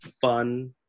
fun